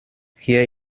hier